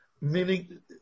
Meaning